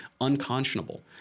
unconscionable